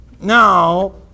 Now